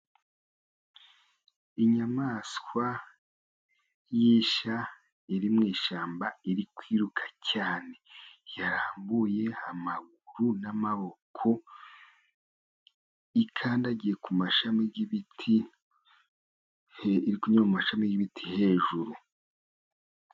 Inyamaswa y'isha iri mu ishyamba iri kwiruka cyane, yarambuye amaguru n'amaboko ikandagiye ku mashami y'ibiti, iri kunyura mu mashami y'ibiti hejuru.